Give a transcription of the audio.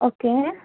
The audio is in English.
okay